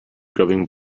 grubbing